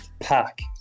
pack